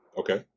okay